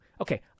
Okay